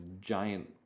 giant